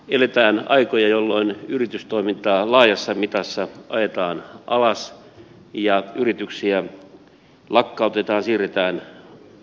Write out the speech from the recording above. eletään aikoja jolloin yritystoimintaa laajassa mitassa ajetaan alas ja yrityksiä lakkautetaan siirretään ulkomaille